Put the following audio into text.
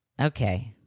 Okay